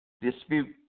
dispute